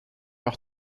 auch